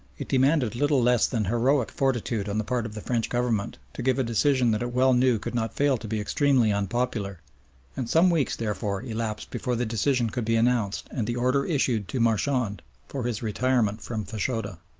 it demanded little less than heroic fortitude on the part of the french government to give a decision that it well knew could not fail to be extremely unpopular and some weeks therefore elapsed before the decision could be announced and the order issued to marchand for his retirement from fachoda.